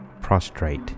prostrate